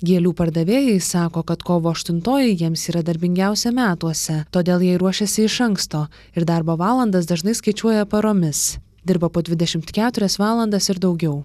gėlių pardavėjai sako kad kovo aštuntoji jiems yra darbingiausia metuose todėl jie ruošėsi iš anksto ir darbo valandas dažnai skaičiuoja paromis dirba po dvidešimt keturias valandas ir daugiau